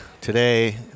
Today